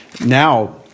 Now